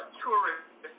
tourist